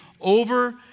over